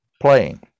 playing